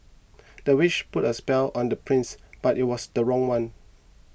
the witch put a spell on the prince but it was the wrong one